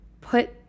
put